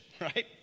right